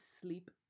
sleep